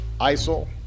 ISIL